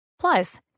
plus